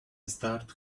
start